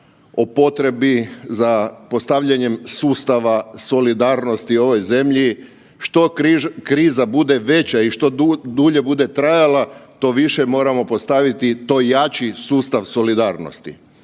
o potrebi za postavljanjem sustava solidarnosti u ovoj zemlji, što kriza bude veća i što dulje bude trajala to više moramo postaviti to jači sustav solidarnosti.